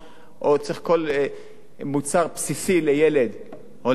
או צריך כל מוצר בסיסי לילד או לנער,